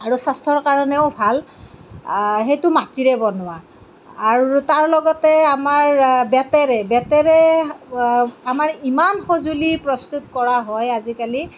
আৰু স্বাস্থ্যৰ কাৰণেও ভাল সেইটো মাটিৰে বনোৱা আৰু তাৰ লগতে আমাৰ বেঁতেৰে বেঁতেৰে আমাৰ ইমান সঁজুলি প্ৰস্তুত কৰা হয় আজিকালি